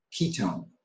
ketone